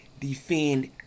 defend